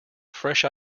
fresh